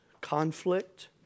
conflict